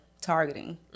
targeting